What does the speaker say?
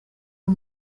ubu